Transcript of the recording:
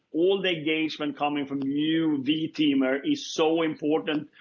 all the engagement coming from you, v teamer is so important,